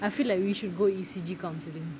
I feel like you should go E_C_G counseling